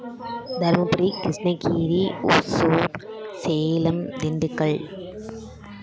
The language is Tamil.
தருமபுரி கிருஷ்ணகிரி ஓசூர் சேலம் திண்டுக்கல்